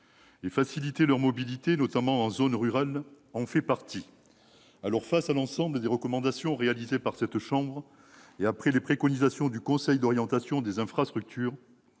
faciliter leur mobilité, notamment en zones rurales. Eu égard à l'ensemble des recommandations émises par cette chambre et aux préconisations du Conseil d'orientation des infrastructures,